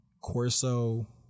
Corso